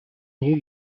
new